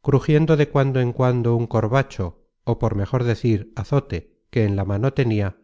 crujiendo de cuando en cuando un corbacho ó por mejor decir azote que en la mano tenia